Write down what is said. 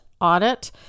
audit